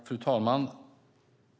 Fru talman!